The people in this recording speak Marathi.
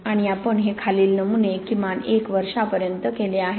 आणि आपण हे खालील नमुने किमान एक वर्षापर्यंत केले आहेत